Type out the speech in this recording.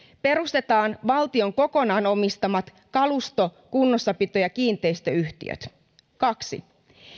perustetaan valtion kokonaan omistamat kalusto kunnossapito ja kiinteistöyhtiöt kaksi